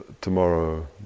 tomorrow